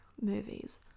movies